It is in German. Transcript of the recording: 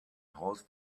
haus